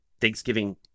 Thanksgiving